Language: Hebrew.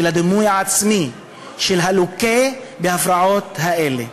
על הדימוי העצמי של הלוקה בהפרעות האלה.